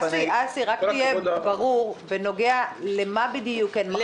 שיהיה ברור בנוגע למה בדיוק אין מחלוקת.